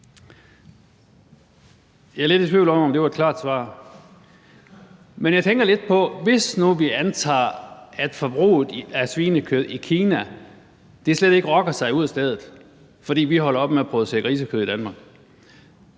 Jeg er lidt i tvivl om, om det var et klart svar. Men hvis nu vi antager, at forbruget af svinekød i Kina slet ikke rokker sig ud af stedet, fordi vi holder op med at producere grisekød i Danmark,